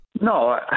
No